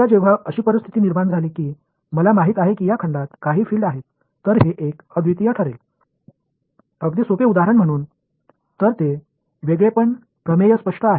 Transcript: एकदा जेव्हा अशी परिस्थिती निर्माण झाली की मला माहित आहे की या खंडात काही फील्ड आहेत तर हे एक अद्वितीय ठरेल अगदी सोपे उदाहरण म्हणून तर हे वेगळेपण प्रमेय स्पष्ट आहे